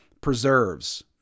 preserves